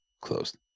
closed